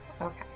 Okay